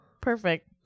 perfect